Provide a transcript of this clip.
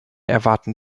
erwarten